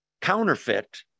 counterfeit